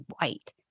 white